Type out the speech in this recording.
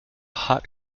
hot